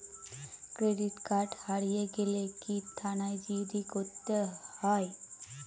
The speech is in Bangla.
ক্রেডিট কার্ড হারিয়ে গেলে কি থানায় জি.ডি করতে হয়?